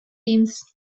themes